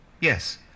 Yes